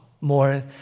more